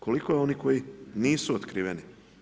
Koliko je onih koji nisu otkriveni?